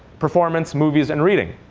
performance, movies, and reading.